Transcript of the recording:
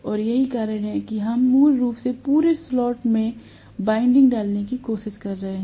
और यही कारण है कि हम मूल रूप से पूरे स्लॉट में वाइंडिंग डालने की कोशिश कर रहे हैं